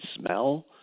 smell